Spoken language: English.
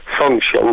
function